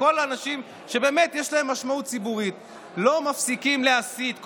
אנשים שבאמת יש להם משמעות ציבורית לא מפסיקים להסית,